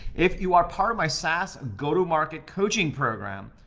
if you are part of my sas go-to market coaching program,